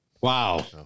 Wow